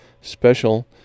special